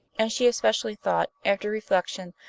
and she especially thought, after reflection,